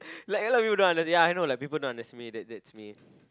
like a lot people don't under ya I know like people don't under that's me that that's me